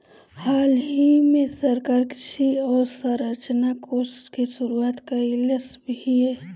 हालही में सरकार कृषि अवसंरचना कोष के शुरुआत कइलस हियअ